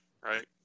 Right